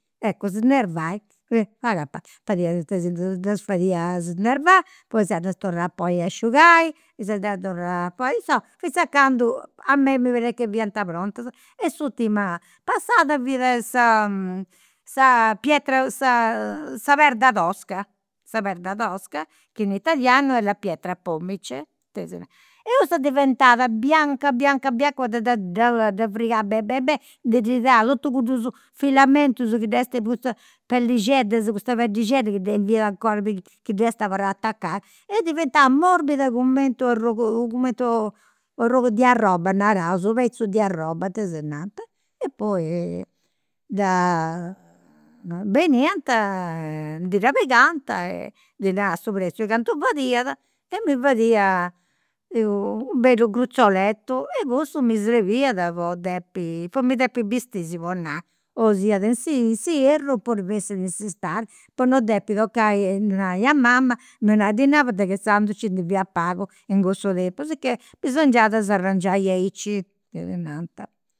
Eccu snervai, agatau, fadia tesinata, ddas fadia snervà poi inzaras ddas torrà a ponni a asciugai, inzaras ddas torrà a ponni, insomma finzas a candu a mei mi parriat che fiant prontas. E s'urtima passada fiat sa sa sa pietra, sa sa perda tosca, sa perda tosca chi in italianu est la pietra pomice, tesinanta. E cussa diventat bianca bianca bianca poita dda dda dda frigà beni beni beni, ddi ndi tirà totu cuddus filamentus chi d'est custa pellixeddas, cudda peddixedda chi teniat 'ncora chi abarrada atacada. E diventat morbida cumenti una u' arrogu de arroba, naraus, u' pezzu de arroba, tesinanta. E poi dda beniant ndi dda pigant e ddis narà su preziu cantu fadiat e mi fadia u' bellu gruzzolettu e cussu mi srebiat po depi po mi depi bistiri, si podit nai. O siat in si in s'ierru podit in s'istadi, po no depi tocai e ddu nai a mama a mi 'onai dinai poita che inzandus nci ndi fiat pagu, in cussu tempus, sicchè bisongiat a s'arrangiai aici, tesinanta